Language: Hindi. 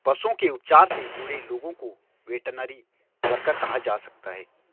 पशुओं के उपचार से जुड़े लोगों को वेटरनरी वर्कर कहा जा सकता है